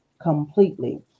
completely